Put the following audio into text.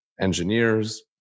engineers